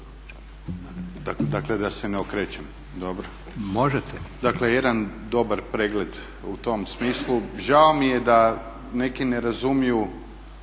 /Upadica se ne razumije./ … Dakle jedan dobar pregled u tom smislu. Žao mi je da neki ne razumiju,